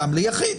גם ליחיד.